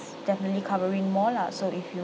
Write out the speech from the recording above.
definitely covering more lah so if you